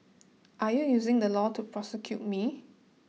are you using the law to persecute me